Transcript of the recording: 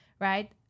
right